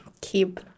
keep